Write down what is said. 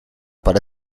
para